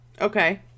Okay